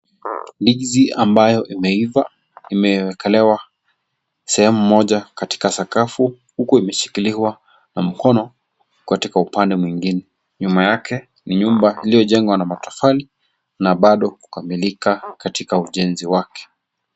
Ndizi ambayo imeiva imeekelewa sehemu pamoja katika sakafu huku imeshikiliwa na mkono katika upande mwingine, nyuma yake ni nyumba iliyojengwa na matofali na bado kukamilika katika ujenzi wake.